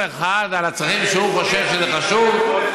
כל אחד לצרכים שהוא חושב שחשובים.